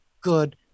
good